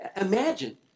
Imagine